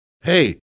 Hey